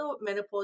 menopause